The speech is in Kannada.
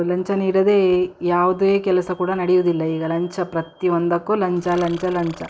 ಲಂಚ ನೀಡದೇ ಯಾವುದೇ ಕೆಲಸ ಕೂಡ ನಡೆಯುವುದಿಲ್ಲ ಈಗ ಲಂಚ ಪ್ರತಿ ಒಂದಕ್ಕೂ ಲಂಚ ಲಂಚ ಲಂಚ